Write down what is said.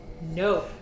No